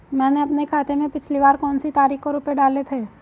मैंने अपने खाते में पिछली बार कौनसी तारीख को रुपये डाले थे?